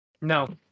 No